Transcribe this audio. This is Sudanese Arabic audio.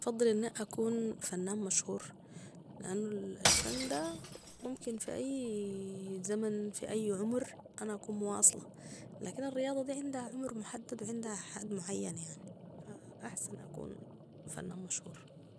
بفضل اني اكون فنان مشهور ، لانو الفن ده ممكن في اي زمن في عمر انا اكون مواصله لكن الرياضه دي عندها عمر محدد وعندها حد معين يعني احسن اكون فنان مشهور